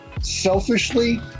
selfishly